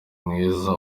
mwiza